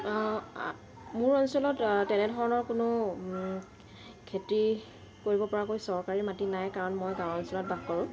মোৰ অঞ্চলত তেনেধৰণৰ কোনো খেতি কৰিব পৰাকৈ চৰকাৰী মাটি নাই কাৰণ মই গাঁও অঞ্চলত বাস কৰোঁ